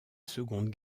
seconde